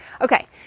Okay